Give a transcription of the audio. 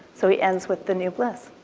so he ends with the new bliss.